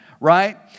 right